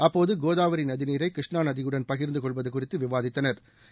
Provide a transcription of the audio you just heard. அப்போது கோதாவரி நதிநீரை கிருஷ்ணா நதியுடன் பகிா்ந்து கொள்வது குறித்து விவாதித்தனா்